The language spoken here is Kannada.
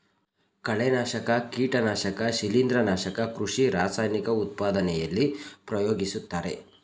ಕಳೆನಾಶಕ, ಕೀಟನಾಶಕ ಶಿಲಿಂದ್ರ, ನಾಶಕ ಕೃಷಿ ರಾಸಾಯನಿಕ ಉತ್ಪಾದನೆಯಲ್ಲಿ ಪ್ರಯೋಗಿಸುತ್ತಾರೆ